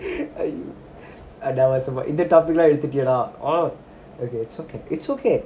eh அய்யோஅனாவசியமாஇந்த:aicho anavasiyama intha topic லாம்எடுத்துட்டியேடா:lam edudhutduyoda orh okay it's okay it's okay